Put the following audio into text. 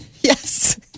Yes